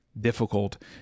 difficult